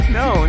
no